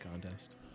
contest